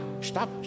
stop